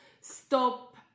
stop